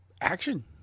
action